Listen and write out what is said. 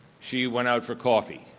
she went out for coffee,